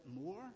more